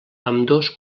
ambdós